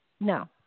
no